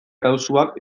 kasuak